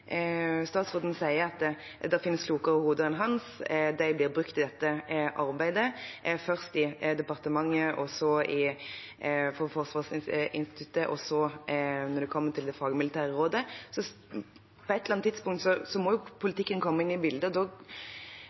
statsråden sier at det finnes klokere hoder enn hans, og at de blir brukt i dette arbeidet, først i departementet, så i Forsvarets forskningsinstitutt, og så når det kommer til det fagmilitære rådet. På et eller annet tidspunkt må jo politikken komme inn i bildet, og da